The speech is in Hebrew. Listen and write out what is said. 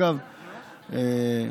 אגב,